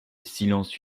silence